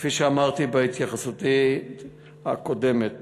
כפי שאמרתי בהתייחסותי הקודמת